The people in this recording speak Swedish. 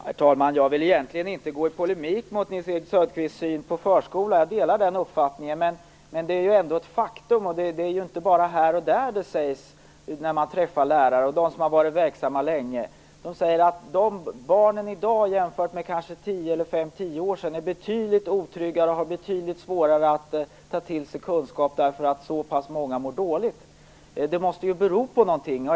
Herr talman! Jag vill egentligen inte gå i polemik med Nils-Erik Söderqvist när det gäller hans syn på förskolan. Jag delar den uppfattningen. Men detta är ju ändå ett faktum. Det är inte bara här och där detta sägs när man träffar lärare som har varit verksamma länge. De säger att barnen i dag är betydligt otryggare och har betydligt svårare att ta till sig kunskap, eftersom så pass många mår dåligt, jämfört med barnen för 5-10 år sedan. Det måste ju beror på någonting.